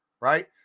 right